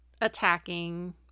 attacking